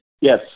Yes